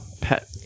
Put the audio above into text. pet